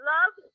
Love